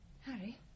Harry